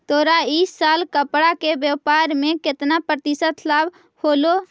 तोरा इ साल कपड़ा के व्यापार में केतना प्रतिशत लाभ होलो?